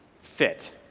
Fit